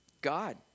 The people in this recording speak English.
God